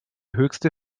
höchste